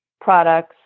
products